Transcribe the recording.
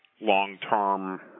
long-term